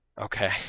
Okay